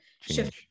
shift